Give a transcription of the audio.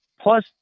Plus